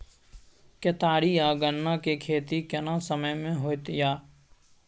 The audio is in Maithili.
केतारी आ गन्ना के खेती केना समय में होयत या?